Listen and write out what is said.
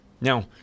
Now